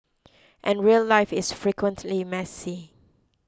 and real life is frequently messy